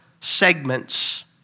segments